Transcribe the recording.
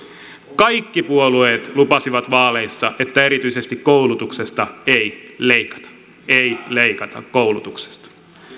kaikki puolueet lupasivat vaaleissa että erityisesti koulutuksesta ei leikata ei leikata koulutuksesta